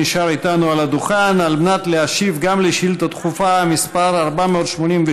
שנשאר איתנו על הדוכן על מנת להשיב גם על שאילתה דחופה מס' 488,